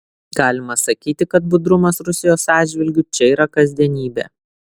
galima sakyti kad budrumas rusijos atžvilgiu čia yra kasdienybė